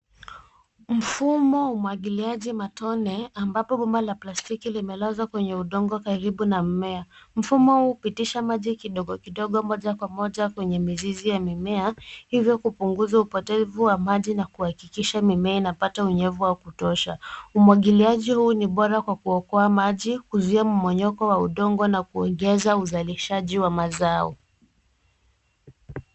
Mfumo wa umwagiliaji matone ambapo bomba la plastiki limelazwa kwenye udongo karibu na mmea. Mfumo huu hupitisha maji kidogo kidogo moja kwa moja kwenye mizizi ya mimea ili kupunguza upotevu wa maji na kuhakikisha mimea inapata unyevu wa kutosha. Umwagiliaji huu ni bora kwa kuokoa maji, kuzuia mmonyoko wa udongo na kuegeza uzalishaji wa mazao.